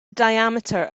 diameter